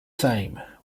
same